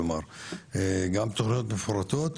כלומר גם תוכניות מפורטות.